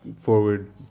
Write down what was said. forward